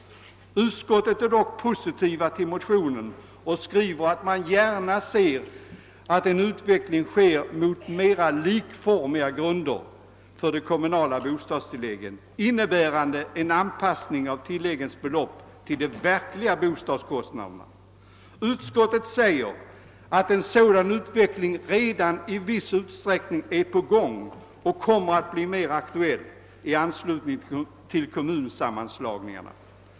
Utskottet ställer sig dock positivt till motionen och skriver att man gärna ser »att en utveckling sker mot mera likformiga grunder för de kommunala bostadstillläggen innebärande en anpassning av tilläggens belopp till pensionärernas faktiska bostadskostnader». Utskottet säger vidare att en sådan utveckling redan i viss utsträckning är på gång och kommer att bli mer aktuell i anslutning till kommunsammanslagningarna.